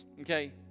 okay